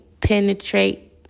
penetrate